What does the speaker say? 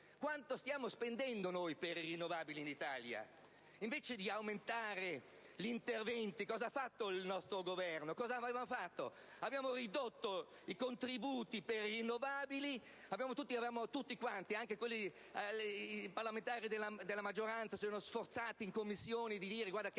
Quanto stiamo spendendo noi per le rinnovabili in Italia? Invece di aumentare gli interventi, cosa ha fatto il nostro Governo? Ha ridotto i contributi per le rinnovabili, mentre tutti, compresi i parlamentari della maggioranza, si erano sforzati, anche in Commissione, di rimarcarne